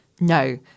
no